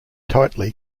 tightly